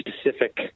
specific